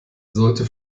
sollte